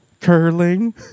curling